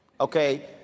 okay